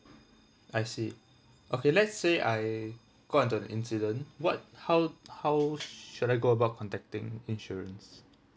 I see okay let's say I got into an incident what how how should I go about contacting insurance